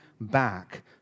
back